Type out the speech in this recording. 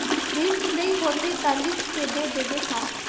Print नइ होथे ता लिख के दे देबे का?